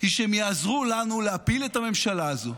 היא שהם יעזרו לנו להפיל את הממשלה הזו,